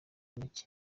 make